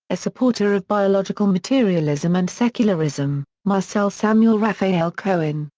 a supporter of biological materialism and secularism marcel samuel raphael cohen,